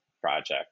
project